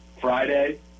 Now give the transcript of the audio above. Friday